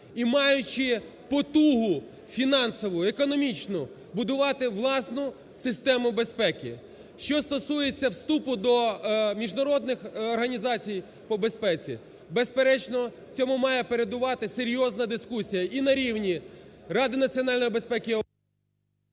І, маючи потугу фінансову, економічну, будувати власну систему безпеки. Що стосується вступу до міжнародних організацій по безпеці. Безперечно, цьому має передувати серйозна дискусія і на рівні Ради національної безпеки